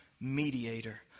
mediator